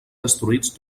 destruïts